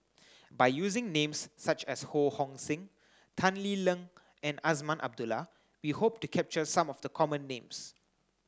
by using names such as Ho Hong Sing Tan Lee Leng and Azman Abdullah we hope to capture some of the common names